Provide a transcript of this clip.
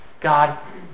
God